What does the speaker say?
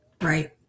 Right